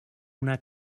una